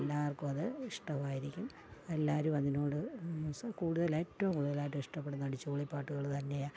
എല്ലാവർക്കുമത് ഇഷ്ടമായിരിക്കും എല്ലാവരുമതിനോട് സ് കൂടുതൽ ഏറ്റവും കൂടുതലായിട്ടിഷ്ടപ്പെടുന്ന അടിച്ചു പൊളിപ്പാട്ടുകൾ തന്നെയാണ്